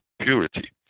purity